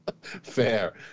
Fair